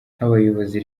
nk’abayobozi